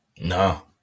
No